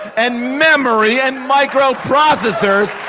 and memory and microprocessors,